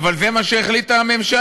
אבל זה מה שהחליטה הממשלה,